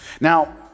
Now